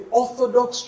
orthodox